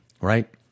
right